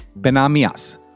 Benamias